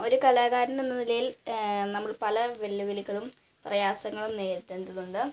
ഒരു കലാകാരനെന്ന നിലയിൽ നമ്മൾ പല വെല്ലുവിളികളും പ്രയാസങ്ങളും നേരിടേണ്ടതുണ്ട്